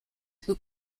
who